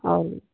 और